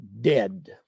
dead